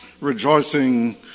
rejoicing